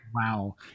Wow